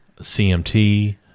cmt